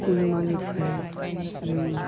कहिमानिफ्राय जों